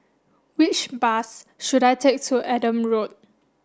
which bus should I take to Adam Road